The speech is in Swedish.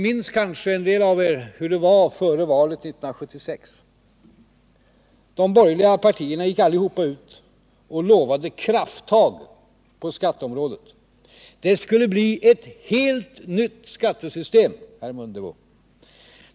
En del av er minns kanske hur det var före valet 1976. De borgerliga gick allihop ut och lovade krafttag på skatteområdet. Det skulle bli ett helt nytt skattesystem.